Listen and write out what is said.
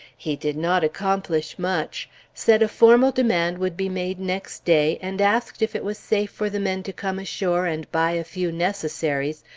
he did not accomplish much said a formal demand would be made next day, and asked if it was safe for the men to come ashore and buy a few necessaries,